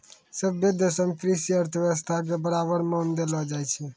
सभ्भे देशो मे कृषि अर्थशास्त्रो के बराबर मान देलो जाय छै